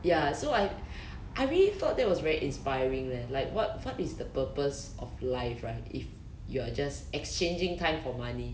ya so I I really felt that was very inspiring leh like what what is the purpose of life right if you are just exchanging time for money